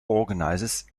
organizes